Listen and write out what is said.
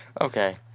okay